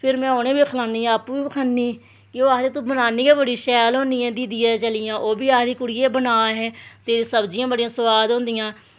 फिर में उनेंगी बी खलानी ते आपूं बी खन्नी ते फ्ही ओह् आक्खदे तूं बनानी गै बड़ी शैल होन्नी ऐ दिदियै दे चलिये ते ओह्बी आक्खदी कुड़िये बना तेरी सब्जियां बड़ी सोआद होंदियां